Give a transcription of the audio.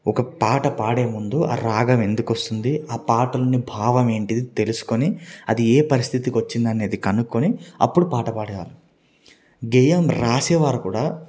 ఒక పాట పాడే ముందు ఆ రాగం ఎందుకు వస్తుంది ఆ పాటలోని భావం ఏంటిది తెలుసుకుని అది ఏ పరిస్థితికి వచ్చింది అనేది కనుక్కుని అప్పుడు పాట పాడేవాళ్ళు గేయం రాసేవారు కూడా